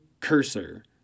Cursor